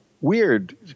Weird